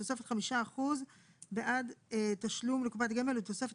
בתוספת 5% בגין תשלום לקופת גמל ובתוספת